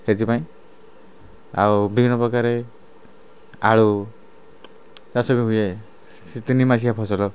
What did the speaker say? ସେଥିପାଇଁ ଆଉ ବିଭିନ୍ନ ପ୍ରକାରରେ ଆଳୁ ଚାଷ ବି ହୁଏ ସେ ତିନି ମାସିଆ ଫସଲ